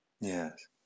yes